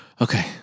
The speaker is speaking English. Okay